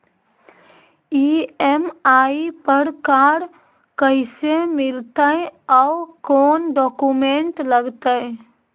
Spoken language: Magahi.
ई.एम.आई पर कार कैसे मिलतै औ कोन डाउकमेंट लगतै?